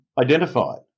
identified